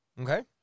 Okay